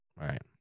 Right